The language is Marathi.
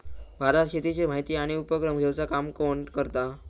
भारतात शेतीची माहिती आणि उपक्रम घेवचा काम कोण करता?